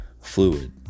fluid